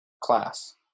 class